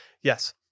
Yes